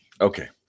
okay